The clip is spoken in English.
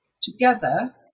together